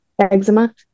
eczema